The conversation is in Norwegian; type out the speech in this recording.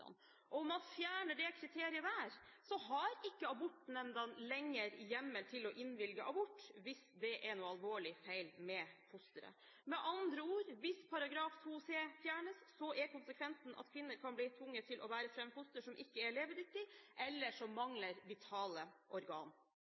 man fjerner det kriteriet, har ikke abortnemndene lenger hjemmel til å innvilge abort hvis det er noe alvorlig feil med fosteret. Med andre ord, hvis § 2 c) fjernes, er konsekvensen at kvinner kan bli tvunget til å bære fram foster som ikke er levedyktig, eller som mangler vitale organ.